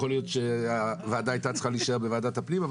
יכול להיות שהוועדה הייתה צריכה להישאר בוועדת הפנים.